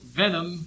venom